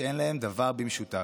שאין להם דבר במשותף,